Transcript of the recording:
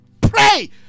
pray